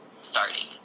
starting